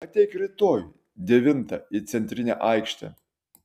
ateik rytoj devintą į centrinę aikštę